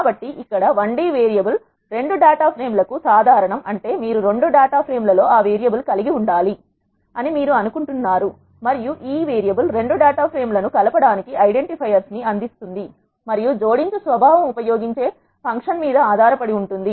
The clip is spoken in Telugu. కాబట్టి ఇక్కడ I d variable data frame లకు సాధారణం అంటే మీరు రెండు డాటా ఫ్రేమ్ లలో ఆ వేరియబుల్ కలిగి ఉండాలి అని మీరు అనుకుంటున్నారు మరియు ఈ వేరియబుల్ రెండు డాటా ఫ్రేమ్ లను కలవడానికి ఐడెంటిఫైయర్ అందిస్తుంది మరియు జోడించు స్వభావం ఉపయోగించే ఫంక్షన్ మీద ఆధారపడి ఉంటుంది